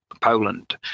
Poland